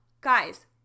guys